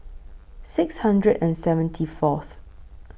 six hundred and seventy Fourth